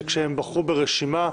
שכאשר הם בחרו ברשימה,